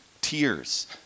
tears